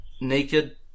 naked